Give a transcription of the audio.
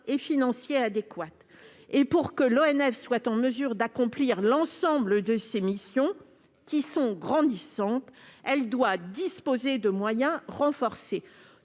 et financiers adéquats. Pour que l'ONF soit en mesure d'accomplir l'ensemble de ses missions, qui vont croissant, il doit donc disposer de moyens renforcés.